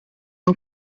and